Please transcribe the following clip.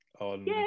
on